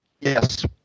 Yes